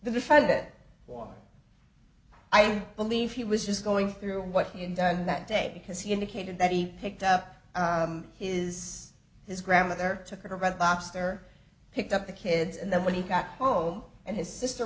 the refund it was i believe he was just going through what he and done that day because he indicated that he picked up his his grandmother took a red lobster picked up the kids and then when he got home and his sister